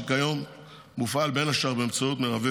שכיום מופעל, בין השאר, באמצעות מרבב